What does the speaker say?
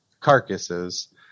carcasses